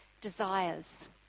desires